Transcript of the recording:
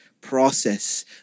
process